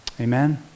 Amen